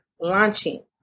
launching